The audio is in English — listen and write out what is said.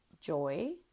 joy